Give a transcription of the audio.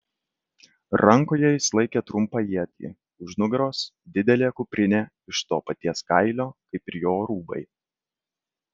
rankoje jis laikė trumpą ietį už nugaros didelė kuprinė iš to paties kailio kaip ir jo rūbai